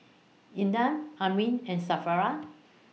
Indah Amrin and